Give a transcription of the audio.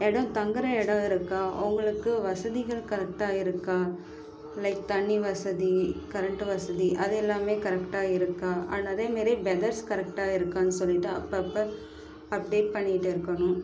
இடம் தங்குற இடம் இருக்கா அவங்களுக்கு வசதிகள் கரக்ட்டா இருக்கா லைக் தண்ணீ வசதி கரண்ட் வசதி அது எல்லாமே கரக்ட்டா இருக்கா அண்ட் அதேமாரி வெதர்ஸ் கரக்ட்டா இருக்கானு சொல்ட்டு அப்பப்போ அப்டேட் பண்ணிட்டுருக்கணும்